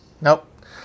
Nope